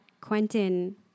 Quentin